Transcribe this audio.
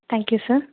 thank you sir